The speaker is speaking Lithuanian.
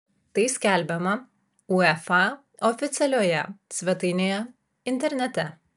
tai skelbiama uefa oficialioje svetainėje internete